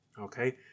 Okay